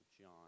John